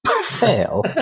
Fail